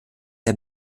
der